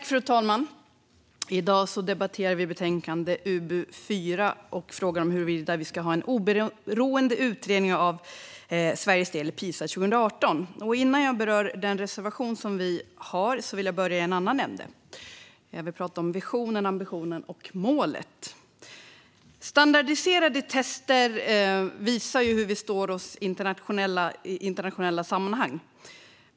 Fru talman! I dag debatterar vi betänkande UbU4 och frågan om huruvida vi ska ha en oberoende utredning av Sveriges del i PISA 2018. Innan jag berör den reservation vi har vill jag börja i en annan ände. Jag vill tala om visionen, ambitionen och målet. Standardiserade tester visar hur Sverige står sig i internationella sammanhang.